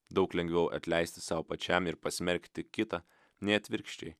daug lengviau atleisti sau pačiam ir pasmerkti kitą nei atvirkščiai